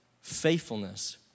faithfulness